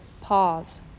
pause